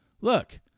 look